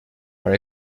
are